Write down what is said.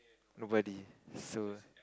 nobody so